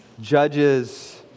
Judges